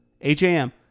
H-A-M